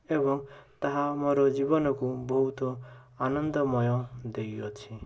ଏବଂ ତାହା ମୋର ଜୀବନକୁ ବହୁତ ଆନନ୍ଦମୟ ଦେଇଅଛି